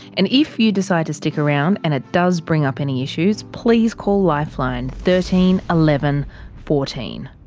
and if you decide to stick around and it does bring up any issues please call lifeline thirteen eleven fourteen.